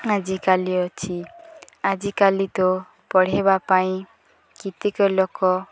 ଆଜିକାଲି ଅଛି ଆଜିକାଲି ତ ପଢ଼ାଇବା ପାଇଁ କେତେକ ଲୋକ